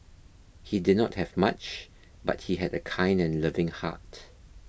he did not have much but he had a kind and loving heart